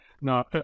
No